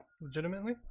legitimately